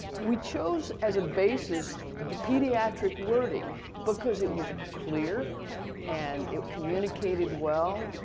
we chose as a basis the pediatric wording because it was clear and it communicated well,